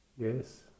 yes